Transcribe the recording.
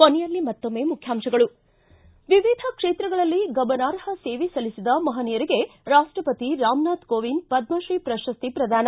ಕೊನೆಯಲ್ಲಿ ಮತ್ತೊಮ್ನೆ ಮುಖ್ಯಾಂಶಗಳು ಿ ವಿವಿಧ ಕ್ಷೇತ್ರಗಳಲ್ಲಿ ಗಮನಾರ್ಹ ಸೇವೆ ಸಲ್ಲಿಸಿದ ಮಹನೀಯರಿಗೆ ರಾಷ್ಟಪತಿ ರಾಮನಾಥ ಕೋವಿಂದ್ ಪದ್ಮಶ್ರೀ ಪ್ರಶಸ್ತಿ ಪ್ರದಾನ